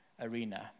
arena